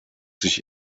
sich